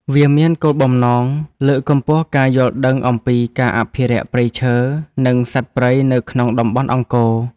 វាមានគោលបំណងលើកកម្ពស់ការយល់ដឹងអំពីការអភិរក្សព្រៃឈើ និងសត្វព្រៃនៅក្នុងតំបន់អង្គរ។